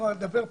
דבר פחות.